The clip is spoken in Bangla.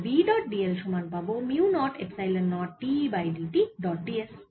তাহলে B ডট dl সমান পাবো mu naught epsilon naught dE by dt dot ds